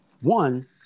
One